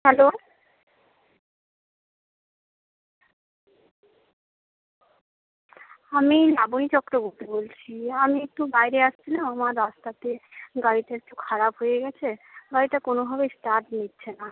hello আমি লাবণী চক্রবর্তী বলছি আমি একটু বাইরে আসছিলাম আমার রাস্তাতে গাড়িটা একটু খারাপ হয়ে গেছে গাড়িটা কোনো ভাবেই স্টার্ট নিচ্ছেনা